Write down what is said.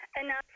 enough